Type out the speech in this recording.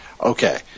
okay